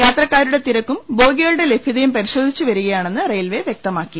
യാത്രക്കാരുടെ തിരക്കും ബോഗികളുടെ ലഭ്യതയും പരിശോധിച്ച് വരികയാണെന്ന് റെയിൽവെ വ്യക്തമാക്കി